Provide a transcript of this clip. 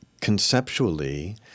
conceptually